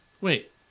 wait